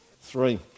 Three